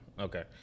Okay